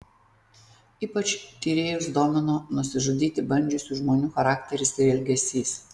ypač tyrėjus domino nusižudyti bandžiusių žmonių charakteris ir elgesys